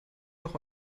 noch